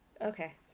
Okay